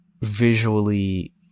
visually